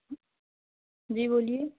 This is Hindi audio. जी बोलिए